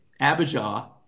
Abijah